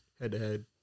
head-to-head